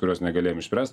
kurios negalėjom išspręst